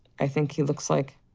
i think he looks like.